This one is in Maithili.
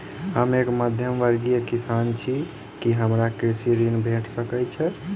हम एक मध्यमवर्गीय किसान छी, की हमरा कृषि ऋण भेट सकय छई?